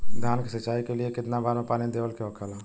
धान की सिंचाई के लिए कितना बार पानी देवल के होखेला?